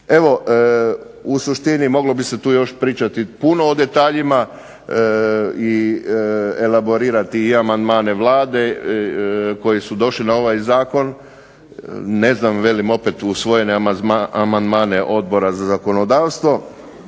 Evo u suštini moglo bi se tu još pričati puno o detaljima i elaborirati i amandmane Vlade koji su došli na ovaj zakon. Ne znam velim opet usvojene amandmane Odbora za zakonodavstvo,